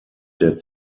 der